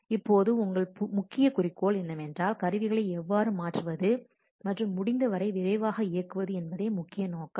இப்போது உங்கள் முக்கிய குறிக்கோள் என்னவென்றால் கருவிகளை எவ்வாறு மாற்றுவது மற்றும் முடிந்தவரை விரைவாக இயங்குவது என்பதே முக்கிய நோக்கம்